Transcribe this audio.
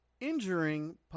injuring